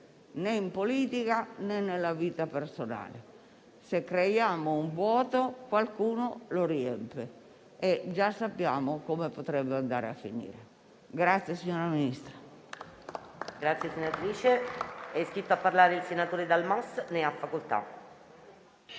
né in politica né nella vita personale: se creiamo un vuoto, qualcuno lo riempie e già sappiamo come potrebbe andare a finire.